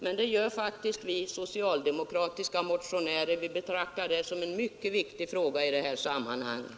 Men vi socialdemokratiska motionärer betraktar faktiskt integriteten som en mycket viktig fråga i det här sammanhanget.